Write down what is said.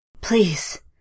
Please